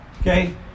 Okay